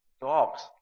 dogs